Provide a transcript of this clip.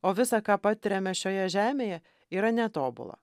o visa ką patiriame šioje žemėje yra netobula